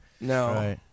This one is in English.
No